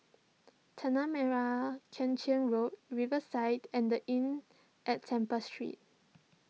Tanah Merah Kechil Road Riverside and the Inn at Temple Street